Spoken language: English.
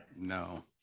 No